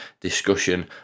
discussion